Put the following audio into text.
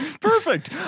Perfect